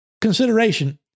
consideration